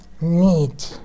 need